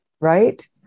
right